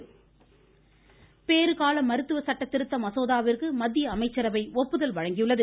பிரகாஷ் ஜவ்டேகர் பேறுகால மருத்துவ சட்டத் திருத்த மசோதாவிற்கு மத்திய அமைச்சரவை ஒப்புதல் வழங்கியுள்ளது